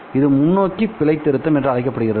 இது முன்னோக்கி பிழை திருத்தம் என்று அழைக்கப்படுகிறது